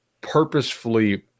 purposefully